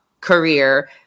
career